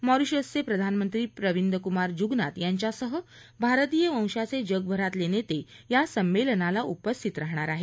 Mauritius चे प्रधानमंत्री प्रविंदकुमार जुगनाथ यांच्यासह भारतीय वंशाचे जगभरातले नेते या कार्यक्रमाला उपस्थित राहणार आहेत